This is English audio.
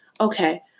Okay